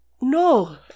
no